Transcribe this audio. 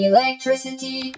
Electricity